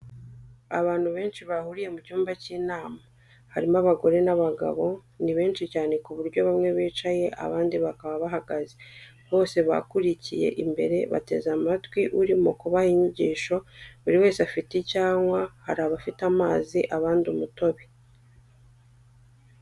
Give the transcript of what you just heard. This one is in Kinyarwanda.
Abantu benshi bahuriye mu cyumba cy'inama, harimo abagore n'abagabo ni benshi cyane ku buryo bamwe bicaye abandi bakaba bahagaze, bose bakurikiye imbere bateze amatwi urimo kubaha inyigisho, buri wese afite icyo anywa, hari abafite amazi abandi umutobe.